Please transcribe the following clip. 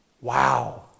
Wow